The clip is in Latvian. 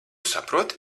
saproti